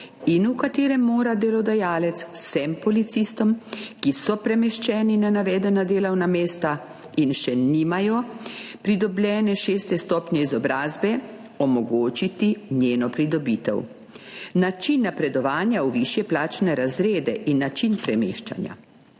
in do katerega mora delodajalec vsem policistom, ki so premeščeni na navedena delovna mesta in še nimajo pridobljene šeste stopnje izobrazbe, omogočiti njeno pridobitev, način napredovanja v višje plačne razrede in način premeščanja.